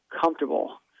comfortable